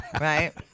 right